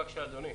בבקשה, אדוני.